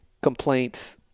complaints